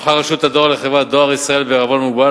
הפכה רשות הדואר לחברת "דואר ישראל" בע"מ,